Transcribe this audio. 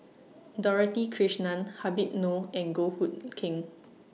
Dorothy Krishnan Habib Noh and Goh Hood Keng